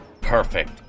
perfect